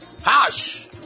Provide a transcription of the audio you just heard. hush